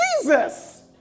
Jesus